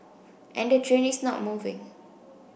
and the train is not moving